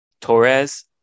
Torres